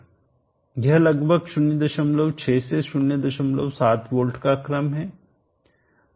यह लगभग 06 से 07 वोल्ट का क्रम है